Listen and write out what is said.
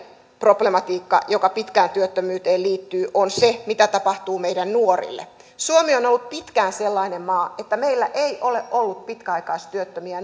problematiikka joka pitkään työttömyyteen liittyy on se mitä tapahtuu meidän nuorille suomi on on ollut pitkään sellainen maa että meillä ei ole ollut pitkäaikaistyöttömiä